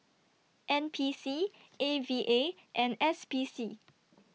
N P C A V A and S P C